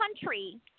country